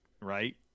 Right